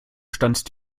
stanzt